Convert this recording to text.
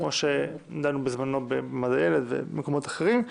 כמו שדנו בזמנו במעמד הילד ובמקומות אחרים.